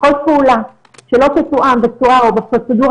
וכל פעולה שלא תתואם בצורה או בפרוצדורה